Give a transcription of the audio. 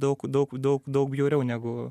daug daug daug daug bjauriau negu